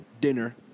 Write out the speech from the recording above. dinner